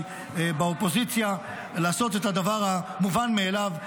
באופוזיציה לעשות את הדבר המובן מאליו,